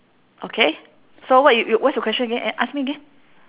okay so what you you what's your question again ask me again